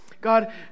God